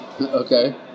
Okay